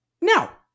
now